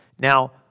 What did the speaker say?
Now